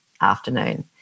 afternoon